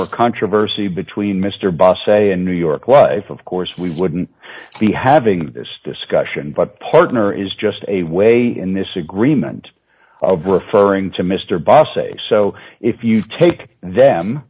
or controversy between mr boss say in new york life of course we wouldn't be having this discussion but partner is just a way in this agreement of referring to mr boss say so if you take them